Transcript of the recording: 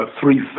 three